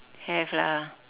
have lah